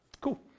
Cool